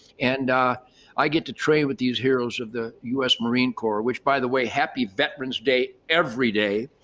and i get to train with these heroes of the u s. marine corps, which by the way, happy veterans day every day,